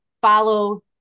Follow